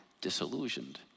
disillusioned